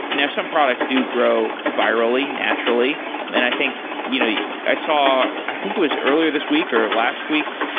now, some products do grow virally natural, and i think you know yeah i saw i think it was earlier this week or last week,